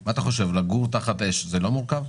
אתה חושב שלגור תחת אש זה לא מורכב?